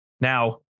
Now